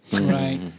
Right